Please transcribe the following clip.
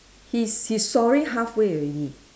he's he's sawing halfway already